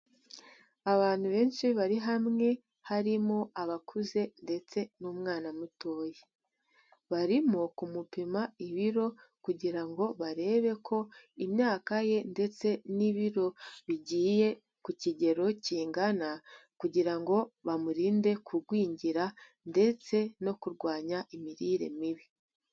Abantu benshi bari hamwe harimo abakuze ndetse n'umwana mutoya. Barimo kumupima ibiro kugira ngo barebe ko imyaka ye ndetse n'ibiro bigiye ku kigero kingana, kugira ngo bamurinde kugwingira ndetse no kurwanya imirire mibi.